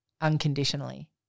unconditionally